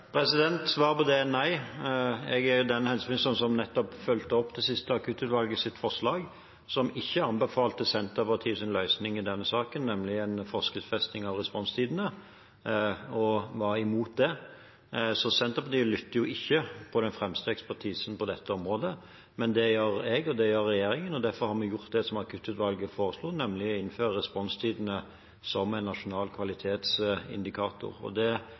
Svaret på det er nei. Jeg er den helseministeren som nettopp fulgte opp forslaget fra det siste akuttutvalget, som ikke anbefalte Senterpartiets løsning i denne saken – nemlig en forskriftsfesting av responstidene – og var mot det. Så Senterpartiet lytter ikke til den fremste ekspertisen på dette området, men det gjør jeg, og det gjør regjeringen. Derfor har vi gjort det som akuttutvalget foreslo, nemlig å innføre responstidene som en nasjonal kvalitetsindikator. Det kommer det